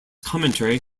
commentary